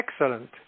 excellent